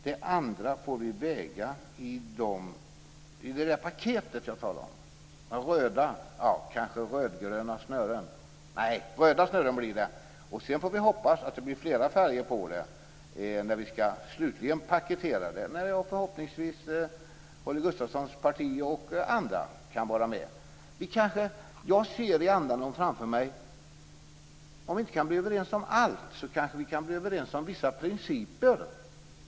Det andra får vi väga i det paket som vi talar om med kanske rödgröna snören - nej, röda snören blir det. Sedan får vi hoppas att det blir flera färger när vi slutligen skall paketera det och när förhoppningsvis Holger Gustafssons parti och andra kan vara. Jag ser framför mig att om vi inte kan bli överens om allt kanske vi kan komma överens om vissa principer.